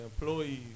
employees